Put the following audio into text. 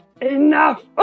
enough